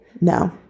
No